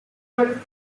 بخورم